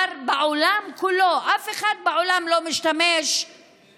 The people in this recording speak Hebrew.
בעולם כולו אף אחד לא משתמש בשירותים